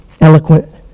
eloquent